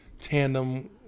tandem